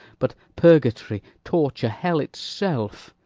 but purgatory, torture, hell itself.